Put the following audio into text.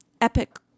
epic